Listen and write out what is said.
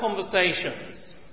conversations